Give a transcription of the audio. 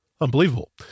Unbelievable